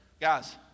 Guys